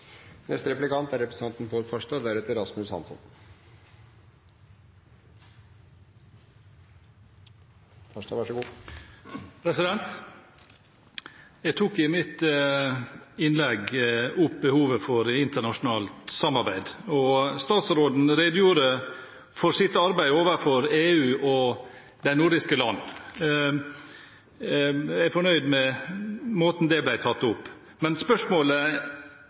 Jeg tok i mitt innlegg opp behovet for internasjonalt samarbeid. Statsråden redegjorde for sitt arbeid overfor EU og de nordiske landene. Jeg er fornøyd med måten det ble tatt opp på. Men